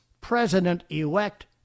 president-elect